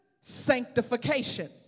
sanctification